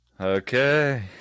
Okay